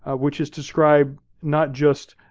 which is described not just,